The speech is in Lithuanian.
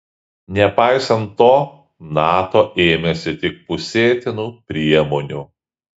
nepaisant to nato ėmėsi tik pusėtinų priemonių